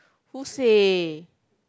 who say